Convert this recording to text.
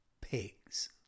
pigs